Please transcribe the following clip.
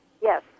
Yes